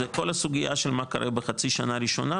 זה כל הסוגיה של מה קורה בחצי השנה הראשונה,